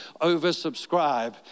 oversubscribe